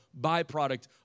byproduct